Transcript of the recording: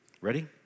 Ready